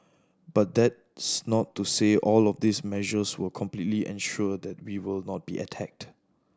but that's not to say all of these measures will completely ensure that we will not be attacked